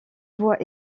voie